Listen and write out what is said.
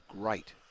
great